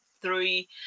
Three